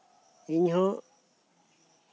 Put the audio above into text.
ᱤᱧ ᱦᱚᱸ